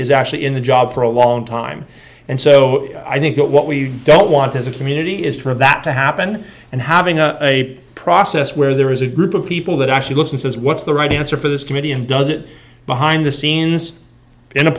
is actually in the job for a long time and so i think that what we don't want as a community is for that to happen and having a a process where there is a group of people that actually looks and says what's the right answer for this committee and does it behind the scenes in a